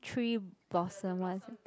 three blossom ones ah